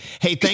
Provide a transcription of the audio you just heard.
Hey